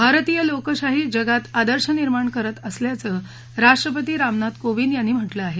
भारतीय लोकशाही जगात आदर्श निर्माण करत असल्याचं राष्ट्रपती रामनाथ कोविंद यांनी म्हटलं आहे